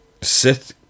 sith